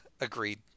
agreed